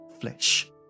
flesh